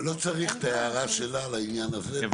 במקום "רשאי מנהל הרשות" יבוא